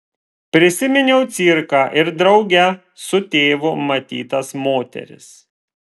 prisiminiau cirką ir drauge su tėvu matytas moteris